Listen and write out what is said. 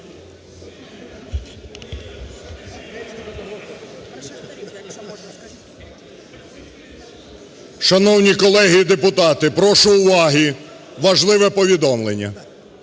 Шановні колеги і депутати! Прошу уваги, важливе повідомлення!